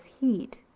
heat